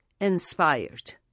inspired